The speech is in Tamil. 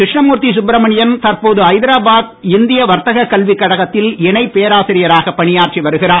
கிருஷ்ணமூர்த்தி சுப்ரமணியன் தற்போது ஐதராபாத் இந்திய வர்த்தக கல்வி கழகத்தில் இணைப் பேராசிரியராக பணியாற்றி வருகிறார்